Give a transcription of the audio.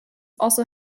also